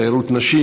תיירות נשים.